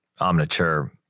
Omniture